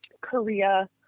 Korea